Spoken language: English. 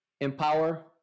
empower